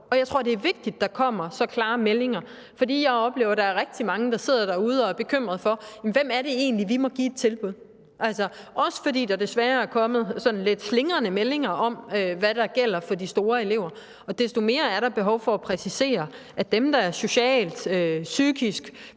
Jeg tror, det er vigtigt, at der kommer så klare meldinger. For jeg oplever, at der er rigtig mange, der sidder derude og er bekymrede for, hvem det egentlig er, de må give et tilbud, også fordi der desværre er kommet nogle sådan lidt slingrende udmeldinger om, hvad der gælder for de store elever. Desto mere er der behov for at præcisere, at dem, der socialt, psykisk